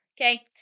Okay